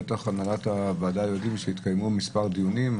בטח בהנהלת הוועדה יודעים שהתקיימו מספר דיונים.